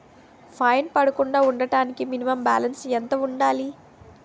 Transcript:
Fine పడకుండా ఉండటానికి minimum balance ఎంత ఉండాలి?